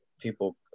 people